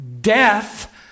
death